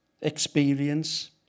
experience